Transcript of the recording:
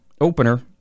opener